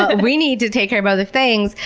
ah we need to take care of other things.